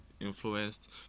influenced